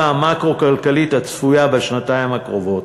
המקרו-כלכלית הצפויה בשנתיים הקרובות,